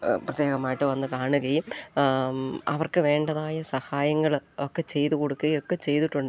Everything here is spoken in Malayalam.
പ്രത്യേകമായിട്ട് വന്നുകാണുകയും അവർക്ക് വേണ്ടതായ സഹായങ്ങളൊക്കെ ചെയ്തു കൊടുക്കുകയുമൊക്കെ ചെയ്തിട്ടുണ്ട്